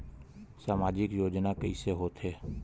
सामजिक योजना कइसे होथे?